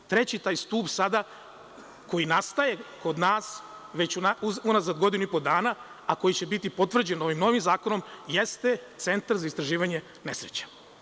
Treći taj stub sada koji nastaje kod nas vez unazad godinu i po dana, a koji će biti potvrđen ovim novim zakonom, jeste centar za istraživanje nesreća.